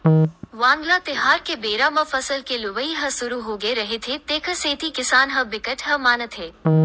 वांगला तिहार के बेरा म फसल के लुवई ह सुरू होगे रहिथे तेखर सेती किसान ह बिकट मानथे